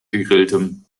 gegrilltem